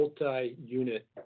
multi-unit